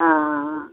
आं आं हा